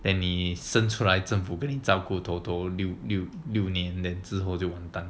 then 你生出来政府跟你照顾前六六六年之后就完蛋